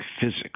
physics